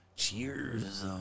Cheers